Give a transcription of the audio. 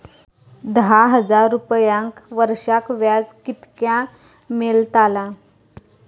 दहा हजार रुपयांक वर्षाक व्याज कितक्या मेलताला?